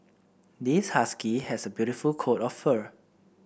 this husky has a beautiful coat of fur